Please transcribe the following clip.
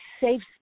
safe